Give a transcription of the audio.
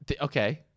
Okay